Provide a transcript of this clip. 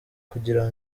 kugira